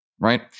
right